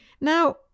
Now